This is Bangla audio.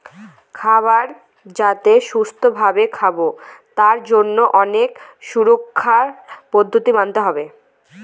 খাবার যাতে সুস্থ ভাবে খাবো তার জন্য অনেক সুরক্ষার পদ্ধতি মানতে হয়